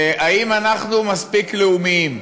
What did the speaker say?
האם אנחנו מספיק לאומיים?